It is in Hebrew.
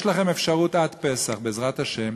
יש לכם אפשרות עד פסח, בעזרת השם,